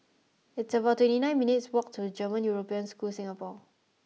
it's about twenty nine minutes' walk to German European School Singapore